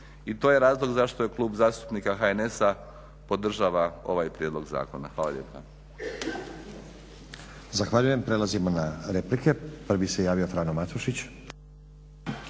i to je razlog zašto je Klub zastupnika HNS-a podržava ovaj prijedlog zakona. Hvala lijepa.